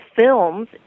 films